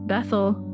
Bethel